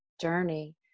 journey